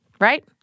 right